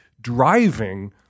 driving